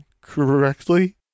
correctly